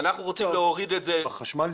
אנחנו רוצים להמשיך להוריד את המספר.